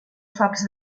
focs